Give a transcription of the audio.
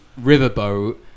riverboat